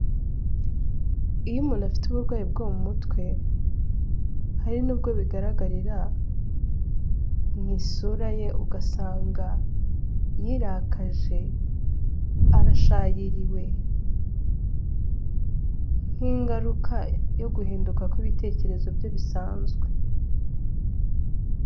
Iyo umuntu afite uburwayi bwo mu mutwe hari n'ubwo bigaragarira mu isura ye ugasanga yirakaje arashaririwe nk'ingaruka yo guhinduka kw'ibitekerezo bye bisanzwe.